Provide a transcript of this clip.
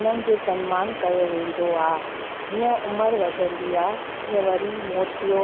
उन्हनि जे सम्मान कयो वेंदो आहे जीअं उमिरि वधंदी आहे तीअं वरी मोतियो